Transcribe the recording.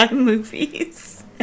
movies